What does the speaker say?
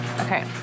Okay